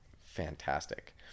fantastic